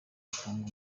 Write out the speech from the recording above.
bagatanga